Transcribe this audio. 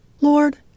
Lord